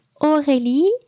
Aurélie